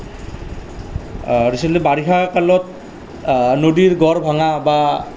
আচলতে বাৰিষা কালত নদীৰ গড় ভঙা বা